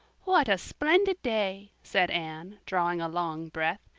what a splendid day! said anne, drawing a long breath.